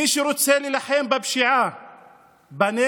מי שרוצה להילחם בפשיעה בנגב